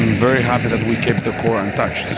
very happy that we kept the core intact.